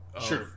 Sure